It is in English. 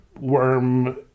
worm